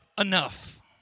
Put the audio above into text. enough